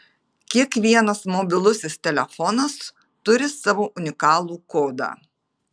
kiekvienas mobilusis telefonas turi savo unikalų kodą